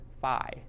phi